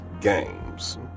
games